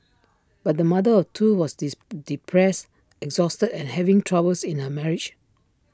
but the mother of two was diss depressed exhausted and having troubles in her marriage